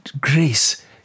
grace